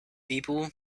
people